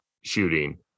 shooting